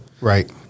Right